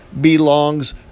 belongs